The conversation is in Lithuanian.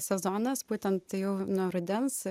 sezonas būtent jau nuo rudens